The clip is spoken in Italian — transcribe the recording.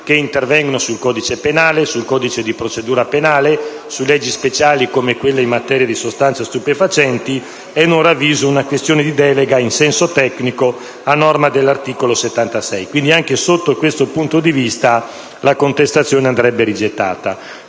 che intervengono sul codice penale, su quello di procedura penale e su leggi speciali come quelle in materia di sostanze stupefacenti, per cui non ravviso una questione di delega in senso tecnico a norma dell'articolo 76. Pertanto, anche da questo punto di vista la contestazione andrebbe rigettata.